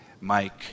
Mike